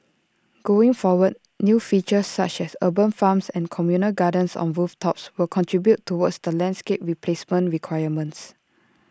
going forward new features such as urban farms and communal gardens on rooftops will contribute towards the landscape replacement requirements